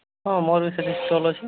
ହଁ ମୋର ବି ସେଇଠି ଷ୍ଟଲ୍ ଅଛି